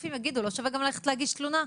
רופאים יגידו: לא שווה גם ללכת להגיש תלונה.